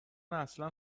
اصلا